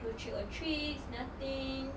no trick or treat nothing